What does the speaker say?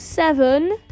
Seven